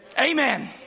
Amen